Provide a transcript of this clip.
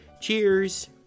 Cheers